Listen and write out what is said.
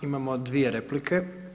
Imamo dvije replike.